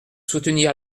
soutenir